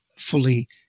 fully